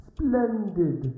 Splendid